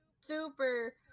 super